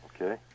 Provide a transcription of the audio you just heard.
Okay